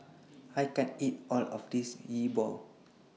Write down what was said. I can't eat All of This Yi Bua